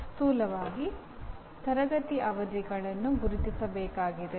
ಸ್ಥೂಲವಾಗಿ ತರಗತಿಯ ಅವಧಿಗಳನ್ನು ಗುರುತಿಸಬೇಕಾಗಿದೆ